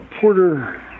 Porter